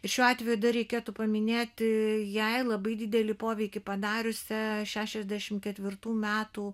ir šiuo atveju dar reikėtų paminėti jai labai didelį poveikį padariusią šešiasdešimt ketvirtų metų